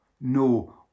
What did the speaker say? no